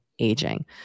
aging